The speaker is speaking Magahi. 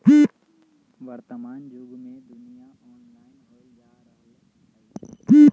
वर्तमान जुग में दुनिया ऑनलाइन होय जा रहल हइ